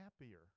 happier